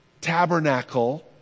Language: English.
tabernacle